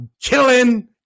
killing